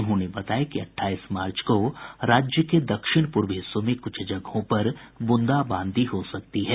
उन्होंने बताया कि अठाईस मार्च को राज्य के दक्षिण पूर्व हिस्सों में कुछ जगहों पर बूंदा बांदी हो सकती है